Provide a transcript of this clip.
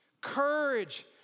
courage